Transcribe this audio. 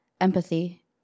empathy